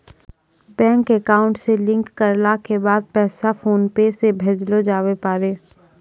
bank account से link करला के बाद पैसा फोनपे से भेजलो जावै पारै